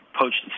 poached